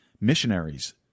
Missionaries